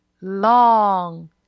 long